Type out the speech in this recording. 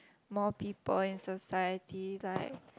more people in society like